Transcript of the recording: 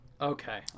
okay